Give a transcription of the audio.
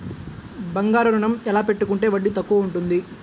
బంగారు ఋణం ఎలా పెట్టుకుంటే వడ్డీ తక్కువ ఉంటుంది?